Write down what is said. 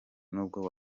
nubwo